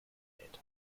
genäht